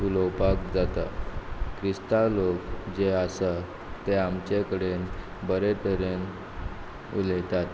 उलोवपाक जाता क्रिस्तांव लोक जे आसा ते आमचे कडेन बरें तरेन उलयतात